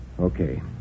okay